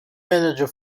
manager